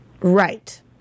Right